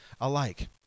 alike